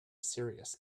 serious